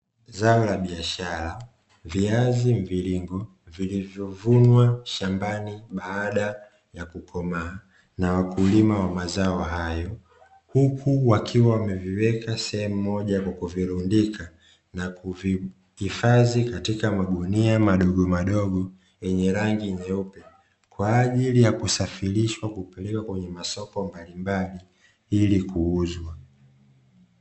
Zao la biashara, viazi mviringo vilivyovunwa shambani baada ya kukomaa na wakulima wa mazao hayo, huku wakiwa wameviweka sehemu moja na kuvilundika na kuvihifadhi katika magunia madogo madogo yenye rangi nyeupe, kwa ajili ya kusafirishwa kupelekwa kwenye masoko mbalimbali ili kuuzwa.